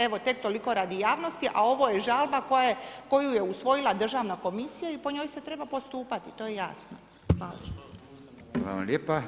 Evo, tek toliko radi javnosti, a ovo je žalba koju je usvojila Državna komisija i po njoj se treba postupati, to je jasno.